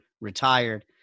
retired